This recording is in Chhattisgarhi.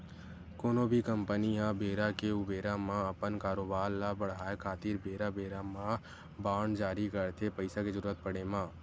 कोनो भी कंपनी ह बेरा के ऊबेरा म अपन कारोबार ल बड़हाय खातिर बेरा बेरा म बांड जारी करथे पइसा के जरुरत पड़े म